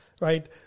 Right